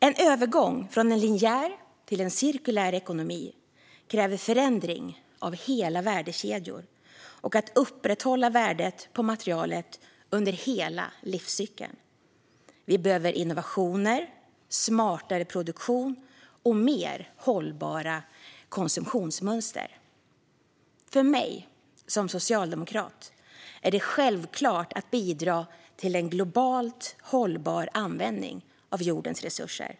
En övergång från en linjär till en cirkulär ekonomi kräver förändring av hela värdekedjor och att vi kan upprätthålla värdet på materialet under hela livscykeln. Vi behöver innovationer, smartare produktion och mer hållbara konsumtionsmönster. För mig som socialdemokrat är det självklart att bidra till en globalt hållbar användning av jordens resurser.